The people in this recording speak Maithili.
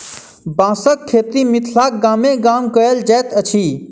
बाँसक खेती मिथिलाक गामे गाम कयल जाइत अछि